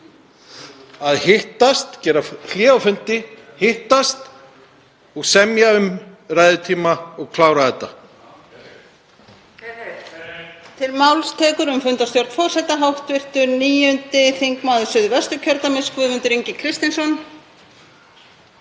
að láta gera hlé á fundi, hittast og semja um ræðutíma og klára þetta.